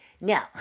Now